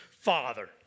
father